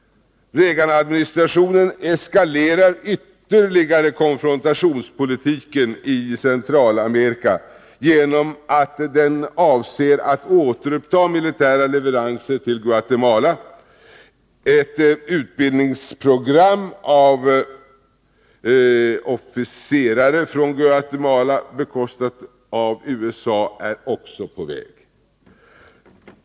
Reaganadministrationen eskalerar ytterligare konfrontationspolitiken i Centralamerika. Man avser nämligen att återuppta militära leveranser till Guatemala. Ett utbildningsprogram för officerare från Guatemala bekostat av USA är också på väg.